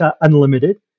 unlimited